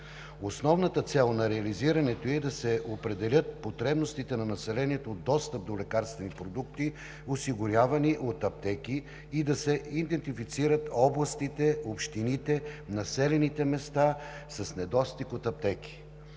Основната цел на реализирането ѝ е да се определят потребностите на населението от достъп до лекарствени продукти, осигурявани от аптеки, и да се идентифицират областите, общините, населените места с недостиг от аптеки.